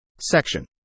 Section